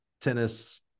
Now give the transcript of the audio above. tennis